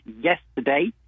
yesterday